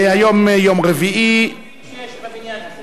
דברי הכנסת חוברת כ"ח ישיבה שנ"ג הישיבה